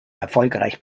erfolgreich